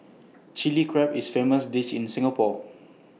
Chilli Crab is A famous dish in Singapore